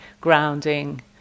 grounding